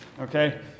Okay